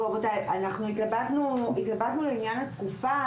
תראו, רבותיי, אנחנו התלבטנו על עניין התקופה.